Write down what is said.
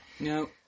No